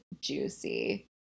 juicy